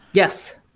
yes.